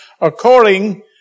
according